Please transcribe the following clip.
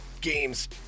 games